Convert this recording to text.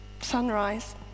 sunrise